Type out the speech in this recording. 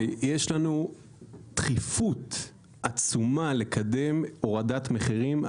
יש לנו דחיפות עצומה לקדם הורדת מחירים.